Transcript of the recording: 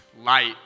light